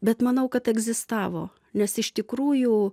bet manau kad egzistavo nes iš tikrųjų